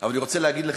זרקתם אותה